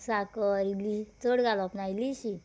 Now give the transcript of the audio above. साकर इल्ली चड घालप ना इल्लीशी